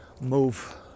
move